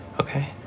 okay